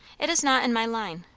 it is not in my line.